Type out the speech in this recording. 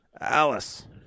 Alice